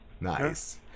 nice